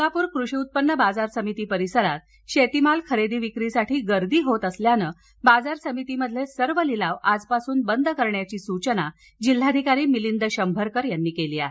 सोलापूर कृषी उत्पन्न बाजार समिती परिसरात शेतमाल खरेदी विक्रीसाठी गर्दी होत असल्याने बाजार समितीमधील सर्व लिलाव आजपासून बंद करण्याची सूचना जिल्हाधिकारी मिलिंद शंभरकर यांनी केली आहे